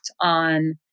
on